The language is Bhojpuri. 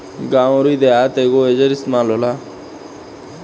गावं अउर देहात मे आजो एकर इस्तमाल होला